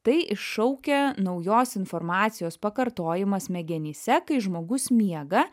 tai iššaukia naujos informacijos pakartojimą smegenyse kai žmogus miega